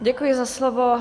Děkuji za slovo.